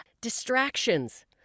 distractions